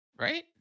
right